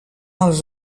els